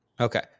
Okay